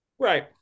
Right